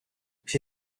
всі